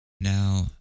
Now